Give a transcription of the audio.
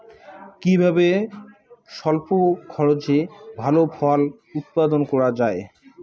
কিভাবে স্বল্প খরচে ভালো ফল উৎপাদন করা যায়?